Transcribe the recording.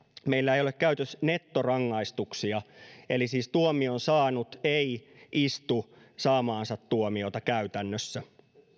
meillä ei ole käytössä nettorangaistuksia eli siis tuomion saanut ei istu saamaansa tuomiota käytännössä